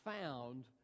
found